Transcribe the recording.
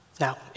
Now